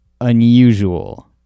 unusual